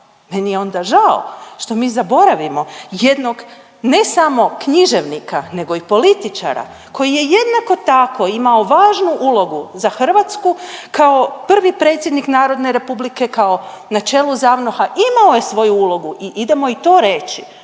Meni je onda žao što mi zaboravimo jednog ne samo književnika nego i političara koji je jednako tako imao važnu ulogu za Hrvatsku kao prvi predsjednik narodne republike kao na čelu ZAVNOH-a, imao je svoju ulogu i idemo i to reći.